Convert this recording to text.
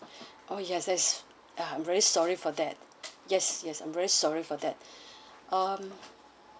oh yes that's I'm very sorry for that yes yes I'm very sorry for that um